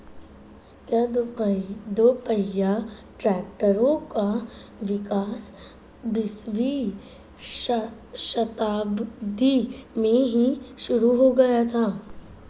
क्या दोपहिया ट्रैक्टरों का विकास बीसवीं शताब्दी में ही शुरु हो गया था?